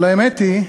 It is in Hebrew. אבל האמת היא,